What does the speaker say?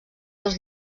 dels